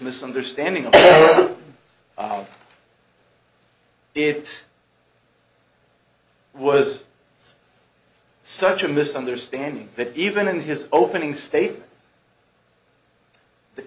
misunderstanding of it was such a misunderstanding that even in his opening state